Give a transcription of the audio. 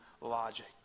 logic